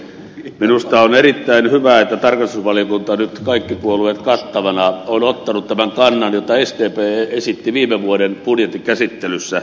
minusta on erittäin hyvä että tarkastusvaliokunta nyt kaikki puolueet kattavana on ottanut tämän kannan jota sdp esitti viime vuoden budjettikäsittelyssä